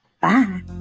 Bye